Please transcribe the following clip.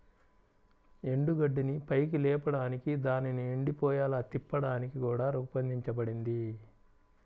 ఎండుగడ్డిని పైకి లేపడానికి దానిని ఎండిపోయేలా తిప్పడానికి కూడా రూపొందించబడింది